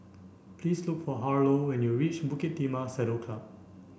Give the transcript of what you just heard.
please look for Harlow when you reach Bukit Timah Saddle Club